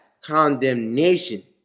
condemnation